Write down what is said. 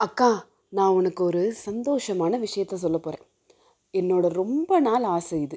அக்கா நான் உனக்கு ஒரு சந்தோஷமான விஷயத்தை சொல்லப்போகிறேன் என்னோடய ரொம்ப நாள் ஆசை இது